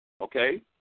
okay